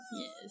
Yes